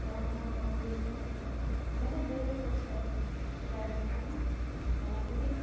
ᱜᱚᱲᱚᱢ ᱦᱟᱲᱟᱢ ᱜᱚᱲᱚᱢ ᱵᱩᱰᱷᱤ ᱢᱟᱱᱮ ᱞᱟᱹᱭᱟᱠᱚ ᱥᱮᱫᱟᱭ ᱥᱮᱫᱟᱭ ᱠᱟᱛᱷᱟ ᱠᱟᱱᱟ ᱢᱮᱱᱟᱠᱚ ᱠᱤ